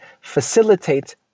facilitate